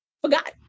forgot